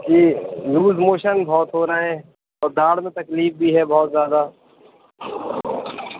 جی loose motion بہت ہو رہا ہے اور داڑھ میں تکلیف بھی ہے بہت زیادہ